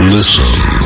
Listen